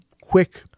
quick